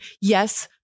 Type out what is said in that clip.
yes